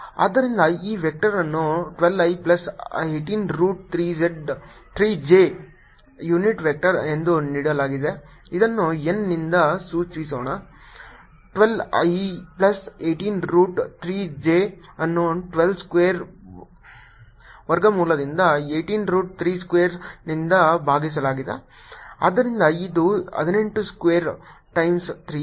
fxy36 fxyx∂xy∂yz∂zfxy8xi18yj fxy|32312i183j ಆದ್ದರಿಂದ ಈ vector ಅನ್ನು 12 i plus 18 root 3 j unit vector ಎಂದು ನೀಡಲಾಗಿದೆ ಇದನ್ನು n ನಿಂದ ಸೂಚಿಸೋಣ 12 i ಪ್ಲಸ್ 18 ರೂಟ್ 3 j ಅನ್ನು 12 ಸ್ಕ್ವೇರ್ ವರ್ಗಮೂಲದಿಂದ 18 ರೂಟ್ 3 ಸ್ಕ್ವೇರ್ ನಿಂದ ಭಾಗಿಸಲಾಗಿದೆ ಆದ್ದರಿಂದ ಇದು 18 ಸ್ಕ್ವೇರ್ ಟೈಮ್ಸ್ 3